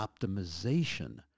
optimization